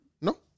No